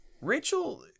Rachel